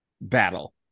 battle